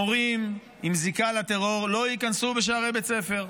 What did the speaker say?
מורים עם זיקה לטרור לא ייכנסו בשערי בית ספר.